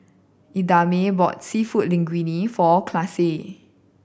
Idamae bought Seafood Linguine for Classie